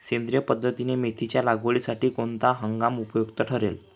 सेंद्रिय पद्धतीने मेथीच्या लागवडीसाठी कोणता हंगाम उपयुक्त ठरेल?